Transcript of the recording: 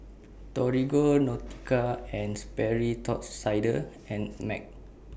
Torigo Nautica and Sperry Top Sider and Mac